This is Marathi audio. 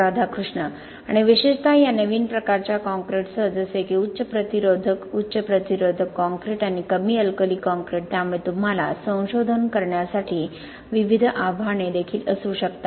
राधाकृष्ण आणि विशेषत या नवीन प्रकारच्या कॉंक्रिटसह जसे की उच्च प्रतिरोधक उच्च प्रतिरोधक कॉंक्रिट आणि कमी अल्कली कॉंक्रिट त्यामुळे तुम्हाला संशोधन करण्यासाठी विविध आव्हाने देखील असू शकतात